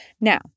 Now